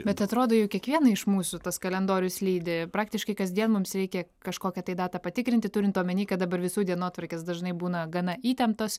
bet atrodo jog kiekvieną iš mūsų tas kalendorius lydi praktiškai kasdien mums reikia kažkokią tai datą patikrinti turint omeny kad dabar visų dienotvarkės dažnai būna gana įtemptos